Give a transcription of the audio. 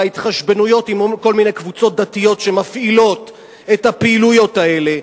וההתחשבנויות עם כל מיני קבוצות דתיות שמפעילות את הפעילויות האלה.